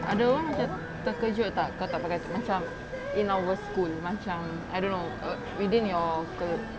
ada orang macam terkejut tak kau tak pakai macam in our school macam I don't know uh within your clique